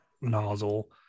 nozzle